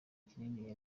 kinini